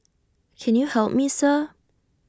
can you help me sir